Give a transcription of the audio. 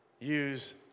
use